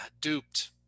duped